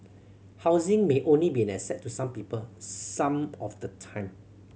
housing may only be an asset to some people some of the time